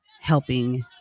helping